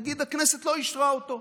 נגיד הכנסת לא אישרה אותו,